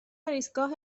ایستگاه